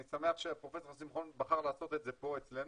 אני שמח שפרופ' שמחון בחר לעשות את זה פה אצלנו.